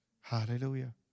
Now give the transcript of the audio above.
Hallelujah